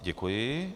Děkuji.